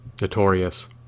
notorious